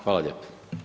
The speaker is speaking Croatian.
Hvala lijepo.